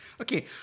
Okay